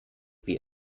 wie